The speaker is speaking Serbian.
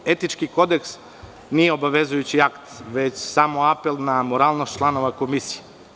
Etički kodeks nije obavezujući akt već samo apel na moralnost članova komisije.